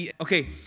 Okay